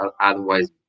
otherwise